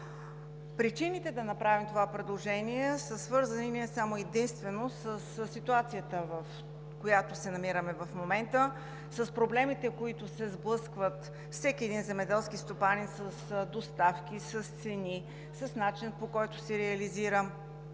Причините да направим това предложение са свързани само и единствено със ситуацията, в която се намираме в момента, с проблемите, с които се сблъсква всеки един земеделски стопанин с доставки, с цени, с начина, по който се реализира